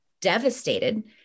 devastated